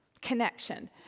Connection